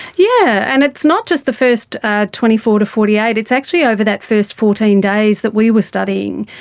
yeah, and it's not just the first twenty four to forty eight, it's actually over that first fourteen days that we were studying.